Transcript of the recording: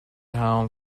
town